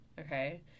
Okay